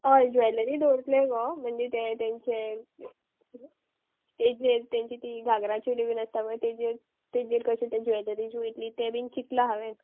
हय ज्वेलरी दवरतले गो म्हणजे ते तेंचे किदें तेजेर तेंची ती घागरा चोली बीन आसता पय तेजेर तेजेर कशें तें ज्वेलरीज वयतली तें बीन चितलां हांवेन